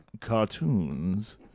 cartoons